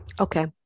Okay